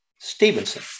Stevenson